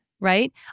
right